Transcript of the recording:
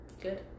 Good